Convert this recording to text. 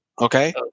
Okay